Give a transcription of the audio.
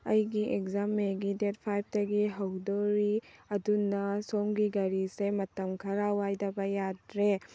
ꯑꯩꯒꯤ ꯑꯦꯛꯖꯥꯝ ꯃꯦꯒꯤ ꯗꯦꯠ ꯐꯥꯏꯚꯇꯒꯤ ꯍꯧꯗꯣꯔꯤ ꯑꯗꯨꯅ ꯁꯣꯝꯒꯤ ꯒꯥꯔꯤꯁꯦ ꯃꯇꯝ ꯈ꯭ꯔ ꯋꯥꯏꯗꯕ ꯌꯥꯗ꯭ꯔꯦ